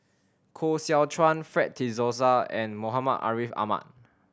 Koh Seow Chuan Fred De Souza and Muhammad Ariff Ahmad